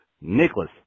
Nicholas